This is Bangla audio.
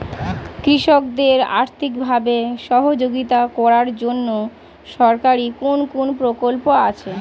কৃষকদের আর্থিকভাবে সহযোগিতা করার জন্য সরকারি কোন কোন প্রকল্প আছে?